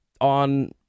on